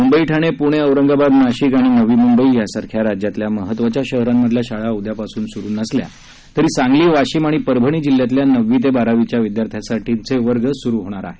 मुंबई ठाणे पुणे औरंगाबाद नाशिक आणि नवी मुंबई यासारख्या राज्यातल्या महत्त्वाच्या शहरांमधल्या शाळा उद्यापासून सुरु नसल्या तरी सांगली वाशिम आणि परभणी जिल्ह्यातल्या नववी ते बारावीच्या विद्यार्थ्यांसाठीचे वर्ग मात्र उद्यापासून सुरु होणार आहेत